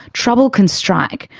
trouble can strike,